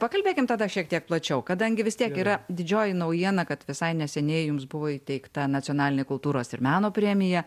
pakalbėkim tada šiek tiek plačiau kadangi vis tiek yra didžioji naujiena kad visai neseniai jums buvo įteikta nacionalinė kultūros ir meno premija